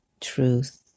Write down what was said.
truth